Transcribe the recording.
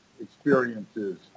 experiences